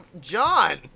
John